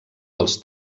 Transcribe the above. dels